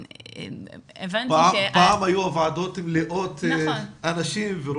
פעם הוועדות היו מלאות במשתתפים.